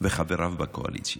וחבריו בקואליציה,